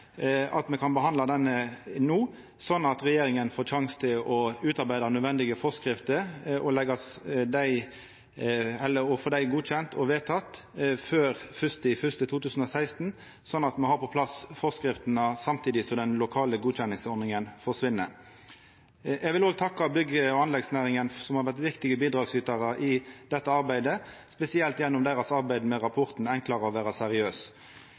at me kan behandla denne saka no, sånn at regjeringa får sjansen til å utarbeida nødvendige forskrifter og få dei godkjende og vedtekne før 1. januar 2016, så me har på plass forskriftene samtidig som den lokale godkjenningsordninga forsvinn. Eg vil òg takka bygg- og anleggsnæringa, som har vore viktige bidragsytarar i dette arbeidet, spesielt gjennom deira arbeid med rapporten «Enkelt å være seriøs».